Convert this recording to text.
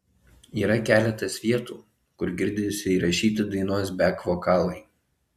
yra keletas vietų kur girdisi įrašyti dainos bek vokalai